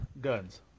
Guns